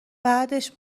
بعدش